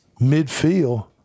midfield